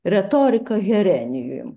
retorika herenijum